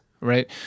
right